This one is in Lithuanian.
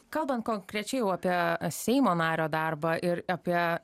kalbant konkrečiai apie seimo nario darbą ir apie